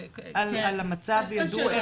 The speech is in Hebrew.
על המצב ידעו,